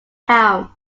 town